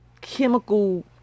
chemical